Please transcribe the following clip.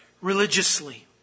religiously